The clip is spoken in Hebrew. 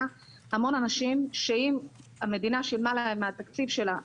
המון אנשים שאם המדינה שילמה להם מהתקציב שלה,